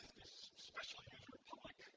special user public